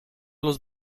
los